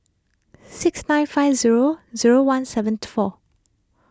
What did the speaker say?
six nine five zero zero one seven four